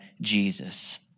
Jesus